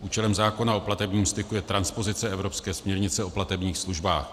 Účelem zákona o platebním styku je transpozice evropské směrnice o platebních službách.